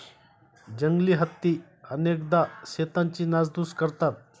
जंगली हत्ती अनेकदा शेतांची नासधूस करतात